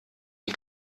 die